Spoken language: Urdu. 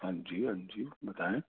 ہاں جی ہاں جی بتائیں